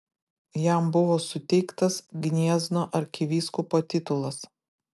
jam buvo suteiktas gniezno arkivyskupo titulas